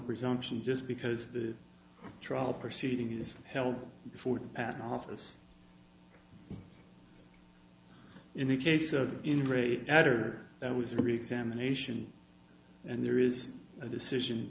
presumption just because the trial proceeding is held before the patent office in the case of integrated matter that was reexamination and there is a decision